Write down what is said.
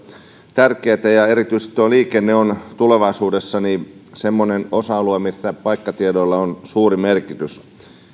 tärkeitä ja erityisesti liikenne on tulevaisuudessa semmoinen osa alue missä paikkatiedoilla on suuri merkitys